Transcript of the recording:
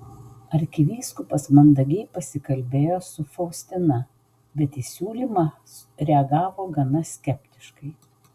arkivyskupas mandagiai pasikalbėjo su faustina bet į siūlymą reagavo gana skeptiškai